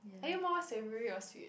are you more savory or sweet